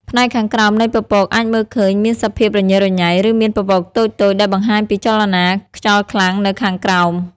ផ្នែកខាងក្រោមនៃពពកអាចមើលឃើញមានសភាពរញ៉េរញ៉ៃ ឬមានពពកតូចៗ ដែលបង្ហាញពីចលនាខ្យល់ខ្លាំងនៅខាងក្រោម។